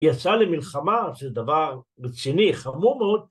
היא יצאה למלחמה, זה דבר רציני, חמור מאוד.